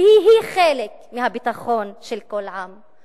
שהיא היא חלק מהביטחון של כל עם,